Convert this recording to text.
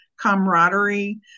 camaraderie